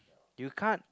you can't